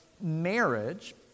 marriage